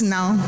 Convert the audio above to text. Now